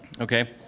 Okay